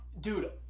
dude